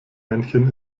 männchen